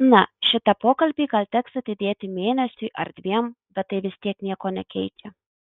na šitą pokalbį gal teks atidėti mėnesiui ar dviem bet tai vis tiek nieko nekeičia